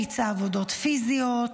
וביצעה עבודות פיזיות.